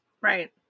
Right